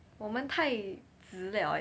我们太直了